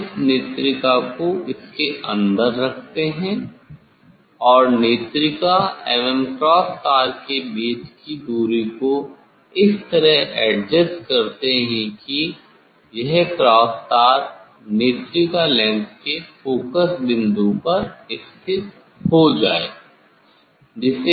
हम इस नेत्रिका को इसके अंदर रखते हैं और नेत्रिका एवं क्रॉस तार के बीच दूरी को इस तरह एडजस्ट करते हैं कि यह क्रॉस तार नेत्रिका लेंस के फोकस बिंदु पर स्थित हो जाए